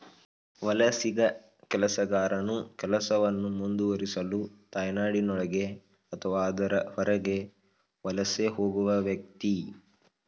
ವಲಸಿಗ ಕೆಲಸಗಾರನು ಕೆಲಸವನ್ನು ಮುಂದುವರಿಸಲು ತಾಯ್ನಾಡಿನೊಳಗೆ ಅಥವಾ ಅದರ ಹೊರಗೆ ವಲಸೆ ಹೋಗುವ ವ್ಯಕ್ತಿ